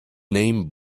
name